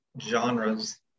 genres